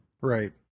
Right